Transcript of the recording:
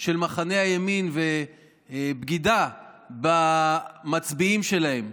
של מחנה הימין ובגידה במצביעים שלהם,